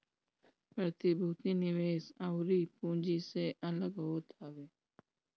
प्रतिभूति निवेश अउरी पूँजी से अलग होत हवे